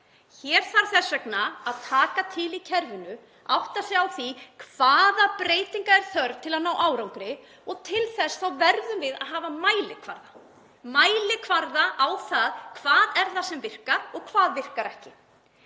Hér þarf þess vegna að taka til í kerfinu, átta sig á því hvaða breytinga er þörf til að ná árangri og til þess verðum við að hafa mælikvarða á það sem virkar og það sem virkar ekki.